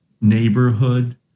neighborhood